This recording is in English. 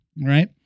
right